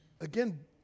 again